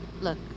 look